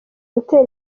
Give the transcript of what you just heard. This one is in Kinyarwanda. gutera